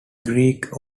greek